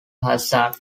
hazard